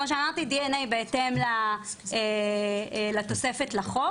דנ"א, בהתאם לתוספת לחוק.